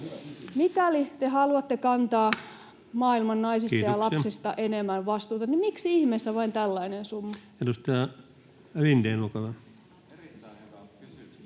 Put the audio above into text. Mikäli te haluatte kantaa maailman [Puhemies: Kiitoksia!] naisista ja lapsista enemmän vastuuta, niin miksi ihmeessä vain tällainen summa?